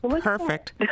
perfect